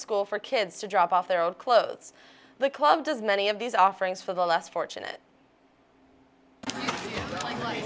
school for kids to drop off their old clothes the club does many of these offerings for the less fortunate like